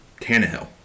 Tannehill